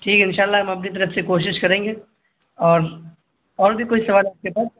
ٹھیک ہے انشأ اللہ ہم اپنی طرف سے کوشش کریں گے اور اور بھی کچھ سوال ہے آپ کے پاس